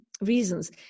reasons